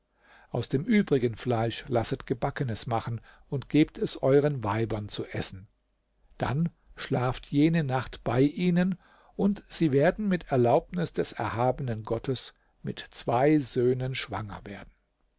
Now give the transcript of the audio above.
aus dem übrigen fleisch lasset gebackenes machen und gebt es euren weibern zu essen dann schlaft jene nacht bei ihnen und sie werden mit erlaubnis des erhabenen gottes mit zwei söhnen schwanger werden